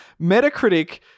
Metacritic